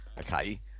okay